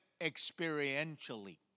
experientially